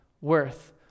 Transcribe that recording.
worth